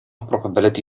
probability